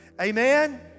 Amen